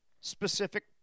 specific